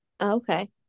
Okay